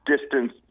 distance